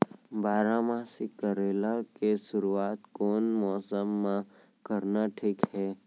बारामासी करेला के शुरुवात कोन मौसम मा करना ठीक हे?